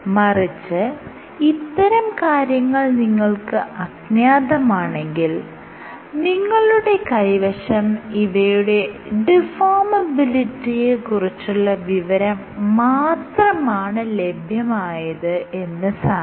മറിച്ച് ഇത്തരം കാര്യങ്ങൾ നമുക്ക് അജ്ഞാതമാണെങ്കിൽ നിങ്ങളുടെ കൈവശം ഇവയുടെ ഡിഫോർമബിലിറ്റിയെ കുറിച്ചുള്ള വിവരം മാത്രമാണ് ലഭ്യമായത് എന്ന് സാരം